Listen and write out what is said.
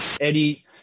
Eddie